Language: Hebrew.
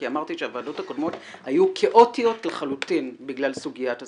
כי אמרתי שהוועדות הקודמות היו כאוטיות לחלוטין בגלל סוגיית הסמכויות.